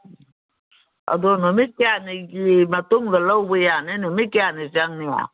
ꯑꯗꯣ ꯅꯨꯃꯤꯠ ꯀꯌꯥꯅꯤꯒꯤ ꯃꯇꯨꯡꯗ ꯂꯧꯕ ꯌꯥꯅꯤ ꯅꯨꯃꯤꯠ ꯀꯌꯥꯅꯤ ꯆꯪꯅꯤ